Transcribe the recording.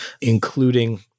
including